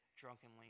drunkenly